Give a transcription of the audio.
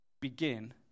begin